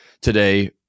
today